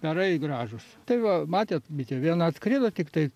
perai gražūs tai va matėt bitė viena atskrido tiktai